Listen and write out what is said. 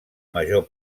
major